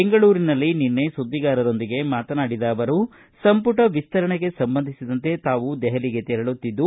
ಬೆಂಗಳೂರಿನಲ್ಲಿ ನಿನ್ನೆ ಸುದ್ದಿಗಾರರೊಂದಿಗೆ ಮಾತನಾಡಿದ ಅವರು ಸಂಪುಟ ವಿಸ್ತರಣೆಗೆ ಸಂಬಂಧಿಸಿದಂತೆ ತಾವು ದೆಹಲಿಗೆ ತೆರಳುತ್ತಿದ್ದು